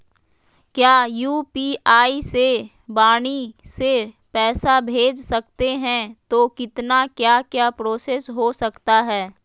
क्या यू.पी.आई से वाणी से पैसा भेज सकते हैं तो कितना क्या क्या प्रोसेस हो सकता है?